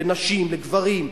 בין נשים לגברים,